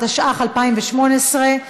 התשע"ח 2018,